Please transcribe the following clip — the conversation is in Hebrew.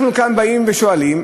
אנחנו כאן באים ושואלים: